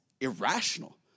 irrational